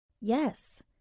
Yes